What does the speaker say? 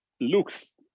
looks